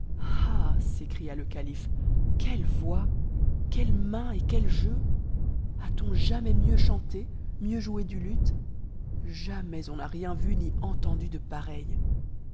s'écria le cat ie voix quelle main et quel jeu a-t-on jamais mieux chanté u joué du luth jamais on n'a rien vu ni entendu de pareil